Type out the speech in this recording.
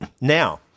Now